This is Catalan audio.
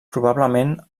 probablement